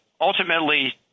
ultimately